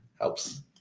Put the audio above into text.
helps